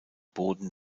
boden